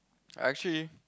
I actually